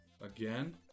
again